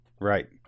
Right